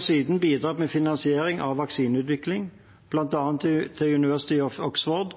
siden bidratt med finansiering av vaksineutvikling, bl.a. til University of Oxford